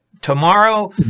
Tomorrow